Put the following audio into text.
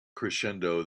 crescendo